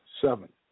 Seven